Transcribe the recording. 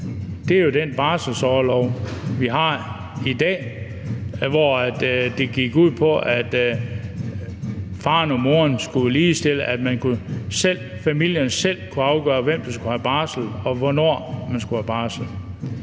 er jo den barselsorlov, vi har i dag, hvor det gik ud på, at faren og moren skulle ligestilles, så familierne selv kunne afgøre, hvem der skulle have barsel, og hvornår man skulle have barsel.